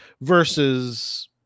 versus